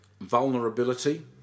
...vulnerability